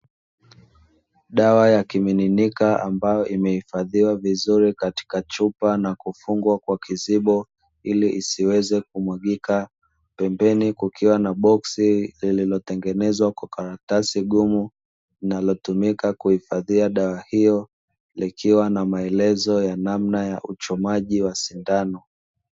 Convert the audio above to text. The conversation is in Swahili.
Dawa ya kimiminika iliyohifadhiwa vizuri katika chupa na imefungwa kwa kizibo iliisiweze kumwagika, na pembeni kukiwa na boksi lililotengenezwa kwa karatasi ngumu linalotumika katika likiwa na maelezo ya namna wa uchomaji wa sindano.